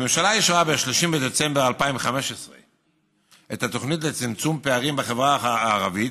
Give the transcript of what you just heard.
הממשלה אישרה ב-30 בדצמבר 2015 את התוכנית לצמצום פערים בחברה הערבית,